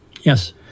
Yes